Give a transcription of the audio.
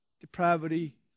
depravity